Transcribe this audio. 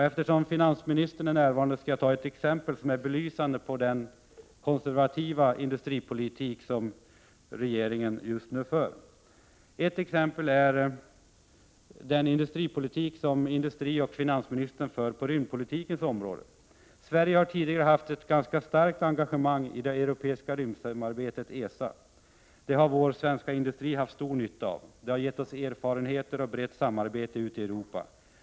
Eftersom finansministern är närvarande kan jag ge ett exempel som är belysande för den konservativa industripolitik som regeringen just nu för. Jag tänker på rymdpolitiken. Sverige har haft ett förhållandevis starkt engagemang i det europeiska rymdsamarbetet , som vår svenska industri haft stor nytta av. Det har gett oss erfarenhet och brett samarbete ute i Europa.